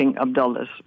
Abdullah's